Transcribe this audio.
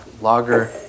lager